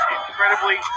incredibly